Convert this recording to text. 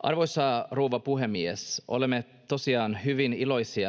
Arvoisa rouva puhemies! Olemme tosiaan